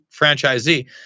franchisee